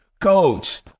Coach